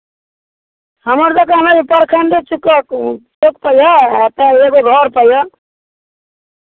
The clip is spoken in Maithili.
हमर दोकान अछि प्रखण्ड सिकरपुर ओतहि यए अयबै घरपर यए